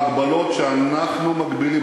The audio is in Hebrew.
אף אחת מהן לא הגבילה בהגבלות שאנחנו מגבילים,